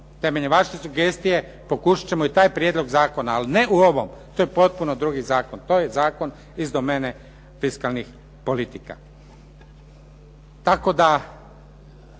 temeljem vaše sugestije pokušati ćemo i taj prijedlog zakona, ali ne u ovom, to je potpuno drugi zakon, to je zakon iz domene fiskalnih politika.